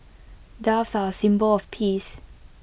doves are A symbol of peace